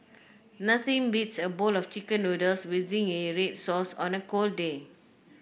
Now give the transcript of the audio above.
nothing beats a bowl of chicken noodles with zingy red sauce on a cold day